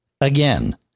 again